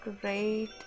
great